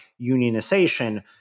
unionization